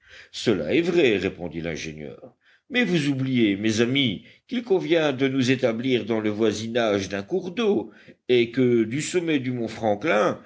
cela est vrai répondit l'ingénieur mais vous oubliez mes amis qu'il convient de nous établir dans le voisinage d'un cours d'eau et que du sommet du mont franklin